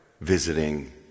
visiting